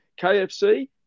KFC